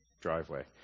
driveway